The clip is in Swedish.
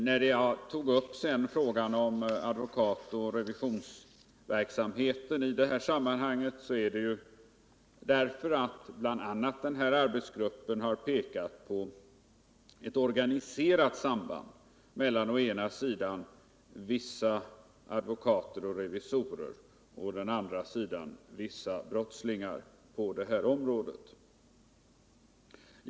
Jag tog upp frågan om advokatoch revisorsverksamheten i det här sammanhanget bl.a. därför att den här arbetsgruppen har pekat på ett organiserat samband mellan å ena sidan vissa advokater och revisorer och å andra sidan vissa brottslingar inom den här sektorn.